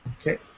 Okay